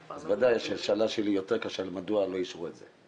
אז זה רק מחזק את שאלתי מדוע לא אישרו נושא זה.